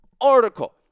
article